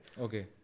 Okay